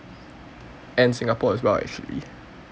and Singapore as well actually